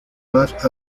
más